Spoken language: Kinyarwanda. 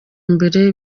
mbere